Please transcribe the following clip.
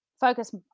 focus